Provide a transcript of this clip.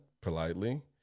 politely